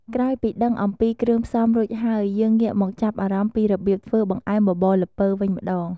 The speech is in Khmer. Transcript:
ក្រោយពីដឺងអំពីគ្រឿងផ្សំរួចហើយ យើងងាកមកចាប់អារម្មណ៍ពីរបៀបធ្វើបង្អែមបបរល្ពៅវិញម្តង។